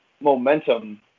momentum